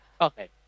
okay